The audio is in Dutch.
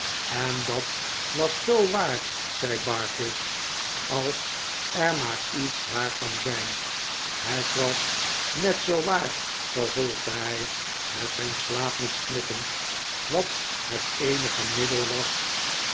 en dat was zoo waar zei barkis als er maar iets waar kan zijn het was net zoo waar vervolgde hij met zijn slaapmuts knikkend wat het eenige middel was